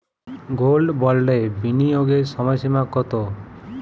Gold বন্ডে বিনিয়োগের সময়সীমা কতো?